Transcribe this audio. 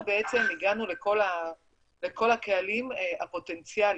בעצם הגענו לכל הקהלים הפוטנציאליים.